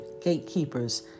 gatekeepers